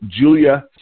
Julia